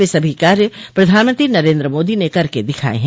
वे सभी कार्य प्रधानमंत्री नरेन्द्र मोदी ने करके दिखाये हैं